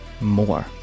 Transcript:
more